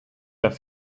their